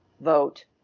vote